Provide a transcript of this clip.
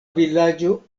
vilaĝo